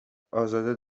ازاده